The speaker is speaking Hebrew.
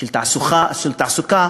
של תעסוקה